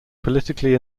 politically